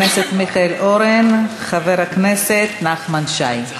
מיכאל אורן חבר הכנסת נחמן שי.